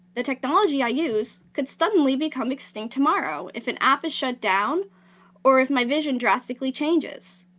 the technology i use could suddenly become extinct tomorrow if an app is shut down or if my vision drastically changes.